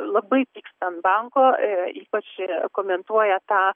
labai pyksta ant banko ypač komentuoja tą